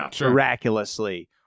miraculously